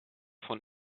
von